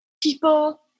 people